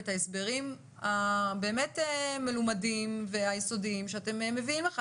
ואת ההסברים המלומדים והיסודיים באמת שאתם מביאים לכאן.